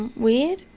and weird,